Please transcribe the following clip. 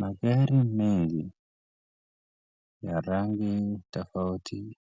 Magari mengi ya rangi tofauti